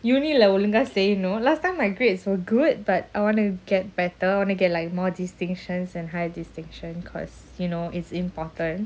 uni ஒழுங்காசெய்யணும்:olunga seyyanum last time my grades were good but I want to get better want to get like more distinctions and high distinction cause you know it's important